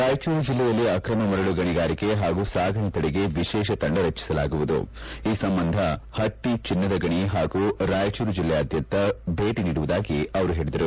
ರಾಯಚೂರು ಜಿಲ್ಲೆಯಲ್ಲಿ ಆಕ್ರಮ ಮರಳು ಗಣಿಗಾರಿಕೆ ಹಾಗೂ ಸಾಗಣೆ ತಡೆಗೆ ವಿಶೇಷ ತಂಡ ರಚಿಸಲಾಗುವುದು ಈ ಸಂಬಂಧ ಹಟ್ಟಿ ಚಿನ್ನದ ಗಣಿ ಹಾಗೂ ರಾಯಚೂರು ಜಿಲ್ಲೆಯಾದ್ಯಂತ ಭೇಟಿ ನೀಡುವುದಾಗಿ ಅವರು ಹೇಳಿದರು